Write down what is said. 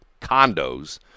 condos